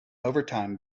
overtime